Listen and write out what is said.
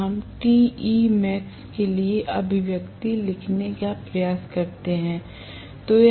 अब हम Temax लिए अभिव्यक्ति लिखने का प्रयास करते हैं